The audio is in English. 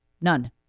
None